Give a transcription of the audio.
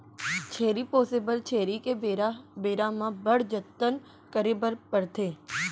छेरी पोसे बर छेरी के बेरा बेरा म बड़ जतन करे बर परथे